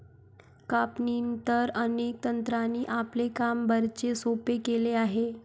कापणीनंतर, अनेक तंत्रांनी आपले काम बरेच सोपे केले आहे